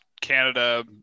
Canada